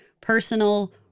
personal